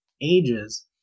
ages